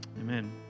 Amen